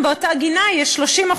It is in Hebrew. תודה רבה.